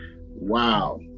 wow